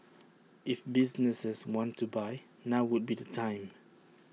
if businesses want to buy now would be the time